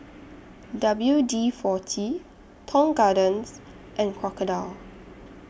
W D forty Tong Garden and Crocodile